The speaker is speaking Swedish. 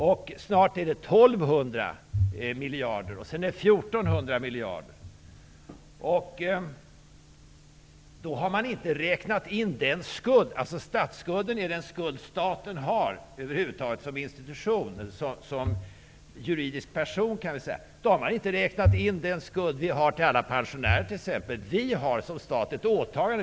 Och snart är det 1 200 miljarder, och sedan blir det 1 400 miljarder. Statsskulden är den skuld som staten som institution eller som juridisk person -- kan vi säga -- har, och då har man ändå inte räknat in den skuld vi har till alla pensionärer t.ex. Vi har som stat ett åtagande.